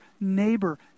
neighbor